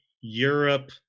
Europe